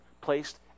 placed